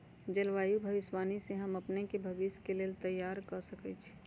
जलवायु भविष्यवाणी से हम अपने के भविष्य के लेल तइयार कऽ सकै छी